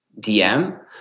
DM